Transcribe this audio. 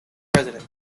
president